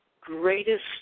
greatest